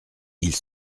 ils